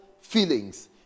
feelings